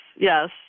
yes